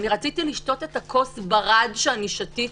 אני רציתי לשתות את כוס הברד שקניתי.